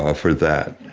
ah for that.